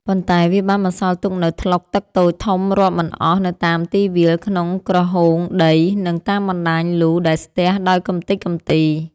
ប៉ុន្តែវាបានបន្សល់ទុកនូវថ្លុកទឹកតូចធំរាប់មិនអស់នៅតាមទីវាល ក្នុងក្រហូងដី និងតាមបណ្តាញលូដែលស្ទះដោយកម្ទេចកម្ទី។